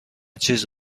چیز